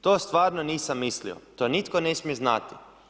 To stvarno nisam mislio, to nitko ne smije znati.